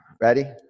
Ready